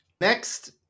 next